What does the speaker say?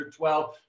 12